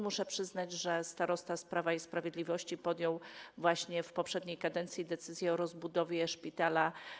Muszę przyznać, że starosta z Prawa i Sprawiedliwości podjął w poprzedniej kadencji decyzję o rozbudowie szpitala.